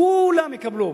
כו-לם יקבלו.